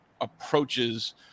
approaches